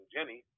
Jenny